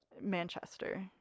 manchester